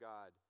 God